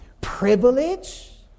Privilege